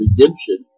redemption